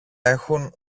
έχουν